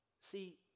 See